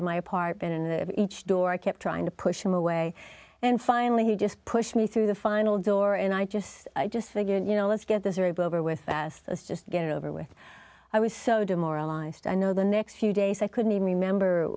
to my apartment and each door i kept trying to push him away and finally he just pushed me through the final door and i just i just think you know let's get this variable over with fast as just get it over with i was so demoralized i know the next few days i couldn't even remember